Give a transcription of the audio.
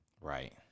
Right